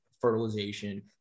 fertilization